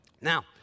Now